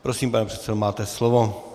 Prosím, pane předsedo, máte slovo.